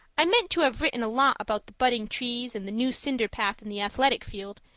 i meant to have written a lot about the budding trees and the new cinder path in the athletic field,